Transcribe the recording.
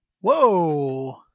Whoa